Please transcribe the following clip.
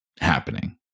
happening